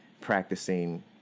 practicing